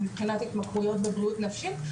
מבחינת התמכרויות ובריאות נפשית,